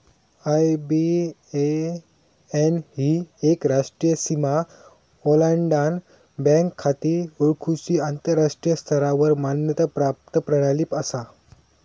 IBAN ही एक राष्ट्रीय सीमा ओलांडान बँक खाती ओळखुची आंतराष्ट्रीय स्तरावर मान्यता प्राप्त प्रणाली असा